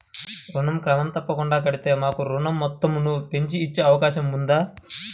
ఋణం క్రమం తప్పకుండా కడితే మాకు ఋణం మొత్తంను పెంచి ఇచ్చే అవకాశం ఉందా?